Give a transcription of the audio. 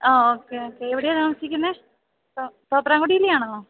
ആ okay okay എവിടെയാണ് താമസിക്കുന്നത് തോപ്രാംകുടിയിലാണോ